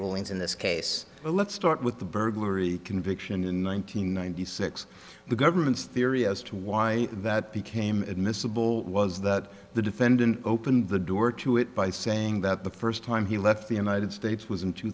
in this case but let's start with the burglary conviction in one nine hundred ninety six the government's theory as to why that became admissible was that the defendant opened the door to it by saying that the first time he left the united states was in two